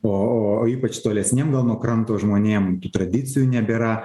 o o ypač tolesniem gal nuo kranto žmonėm tradicijų nebėra